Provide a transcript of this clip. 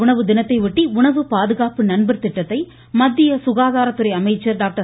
உணவு தினத்தையொட்டி உணவு பாதுகாப்பு நண்பர் திட்டத்தை மத்திய உலக சுகாதாரத்துறை அமைச்சர் டாக்டர்